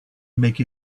make